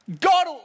God